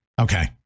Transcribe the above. okay